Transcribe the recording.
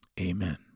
amen